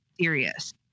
serious